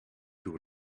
door